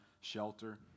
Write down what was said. shelter